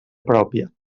pròpia